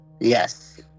Yes